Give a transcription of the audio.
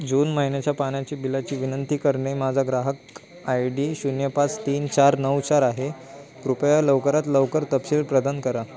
जून महिन्याच्या पाण्याची बिलाची विनंती करणे माझा ग्राहक आय डी शून्य पाच तीन चार नऊ चार आहे कृपया लवकरात लवकर तपशील प्रदान करा